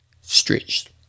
stretched